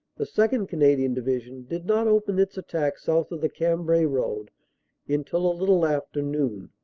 the second. canadian division did not open its attack south of the cambrai road until a little after noon.